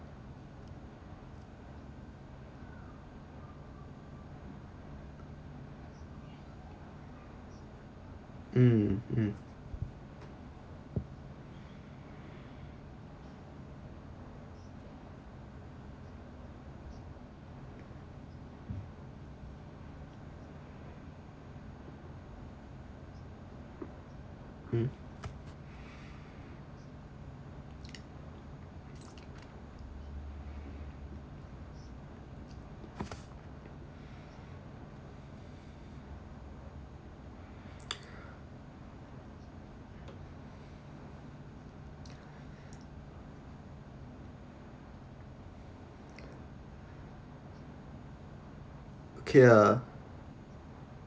mm mm hmm okay ah